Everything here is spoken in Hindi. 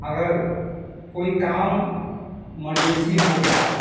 अगर कोई काम मरजेंसी हो गया